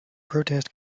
protest